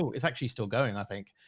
so it's actually still going, i think,